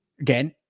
again